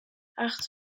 acht